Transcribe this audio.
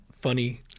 funny